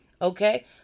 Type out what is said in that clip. Okay